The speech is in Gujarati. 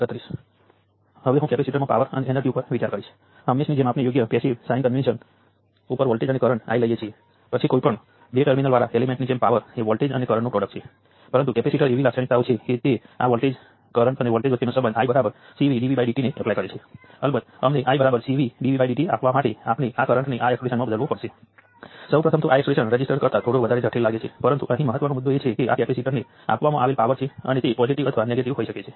કરંટ સોર્સ તેના ઉપરના વોલ્ટેજને ધ્યાનમાં લીધા વિના કરંટ I ને જાળવી રાખે છે આ સમગ્ર કરંટ સોર્સ ઉપરનો વોલ્ટેજ છે આ કરંટ સોર્સ દ્વારા કરંટ છે અને હંમેશની જેમ પાવર પ્રોડક્ટ V ગુણ્યા I છે